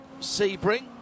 Sebring